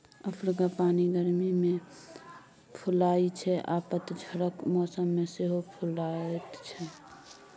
frangipani गर्मी मे फुलाइ छै आ पतझरक मौसम मे सेहो फुलाएत छै